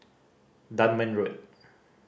Dunman Road